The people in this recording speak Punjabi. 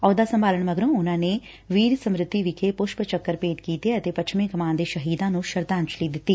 ਅਹੁਦਾ ਸੰਭਾਲਣ ਮਗਰੋ ਉਨੂਾ ਨੇ ਵੀਰ ਸਮਰਿਤੀ ਵਿਖੇ ਪੁਸ਼ਪ ਚੱਕਰ ਭੇਟ ਕੀਤੇ ਅਤੇ ਪੱਛਮੀ ਕਮਾਨ ਦੇ ਸ਼ਹੀਦਾ ਨੂੰ ਸ਼ਰਧਾਂਜਲੀ ਦਿੱਤੀ